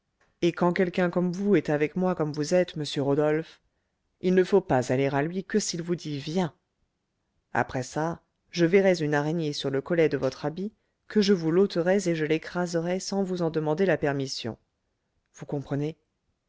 et quand quelqu'un comme vous est avec moi comme vous êtes monsieur rodolphe il ne faut pas aller à lui que s'il vous dit viens après ça je verrais une araignée sur le collet de votre habit que je vous l'ôterais et je l'écraserais sans vous en demander la permission vous comprenez